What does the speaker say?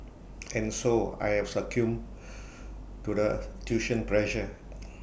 and so I have succumbed to the tuition pressure